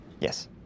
Yes